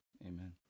Amen